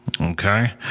Okay